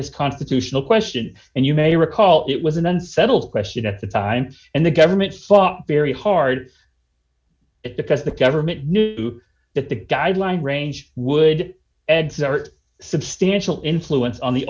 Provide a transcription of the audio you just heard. this constitutional question and you may recall it was an unsettled question at the time and the government fought very hard it because the government knew that the guideline range would edzard substantial influence on the